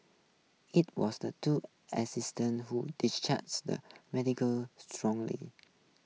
it was the two assistant who distrust the medical strongly